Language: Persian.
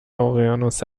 اقیانوس